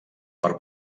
per